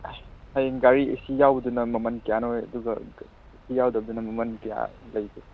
ꯍꯌꯦꯡ ꯒꯥꯔꯤ ꯑꯦꯁꯤ ꯌꯥꯎꯕꯗꯨꯅ ꯃꯃꯟ ꯀꯌꯥꯅꯣ ꯑꯗꯨꯒ ꯑꯦꯁꯤ ꯌꯥꯎꯗꯕꯗꯨꯅ ꯃꯃꯟ ꯀꯌꯥ ꯂꯩꯒꯦ